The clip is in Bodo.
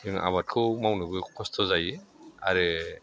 जोङो आबादखौ मावनोबो खस्त' जायो आरो